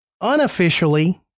Unofficially